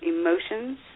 emotions